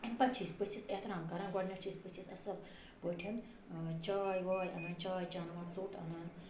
اَمہِ پَتہٕ چھِ أسۍ پٔژھِس احترام کَران گۄڈٕنٮ۪تھ چھِ أسۍ پٔژھِس اَصٕل پٲٹھۍ چاے واے اَنان چاے چاناوان ژوٚٹ اَنان